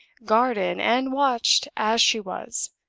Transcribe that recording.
guarded and watched as she was,